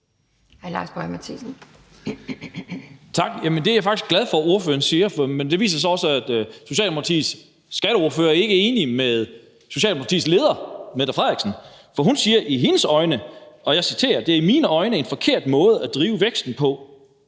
Lars Boje Mathiesen (NB): Tak. Det er jeg faktisk glad for at ordføreren siger, men det viser så også, at Socialdemokratiets skatteordfører ikke er enig med Socialdemokratiets leder, Mette Frederiksen. For hun siger, og jeg citerer: Det er i mine øjne en forkert måde at drive væksten på.